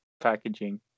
packaging